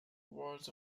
words